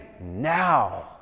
now